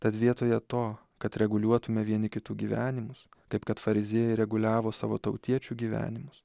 tad vietoje to kad reguliuotume vieni kitų gyvenimus kaip kad fariziejai reguliavo savo tautiečių gyvenimus